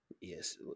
Yes